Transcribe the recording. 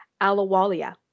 Alawalia